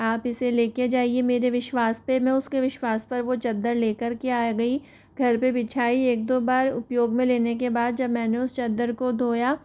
आप इसे ले कर जाइए मेरे विश्वास पर मैं उसके विश्वास पर वो चादर ले कर के आ गई घर पर बिछाई एक दो बार उपयोग में लेने के बाद जब मैंने उस चादर को धोया